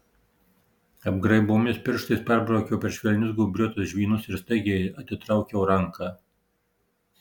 apgraibomis pirštais perbraukiau per švelnius gūbriuotus žvynus ir staigiai atitraukiau ranką